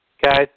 Guys